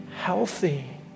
healthy